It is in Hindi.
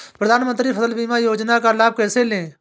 प्रधानमंत्री फसल बीमा योजना का लाभ कैसे लें?